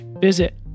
visit